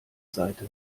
seite